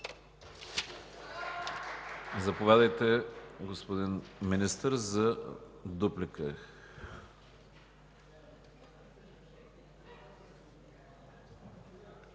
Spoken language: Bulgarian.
Заповядайте, господин Министър, за дуплика.